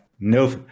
No